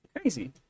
Crazy